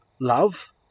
love